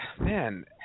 man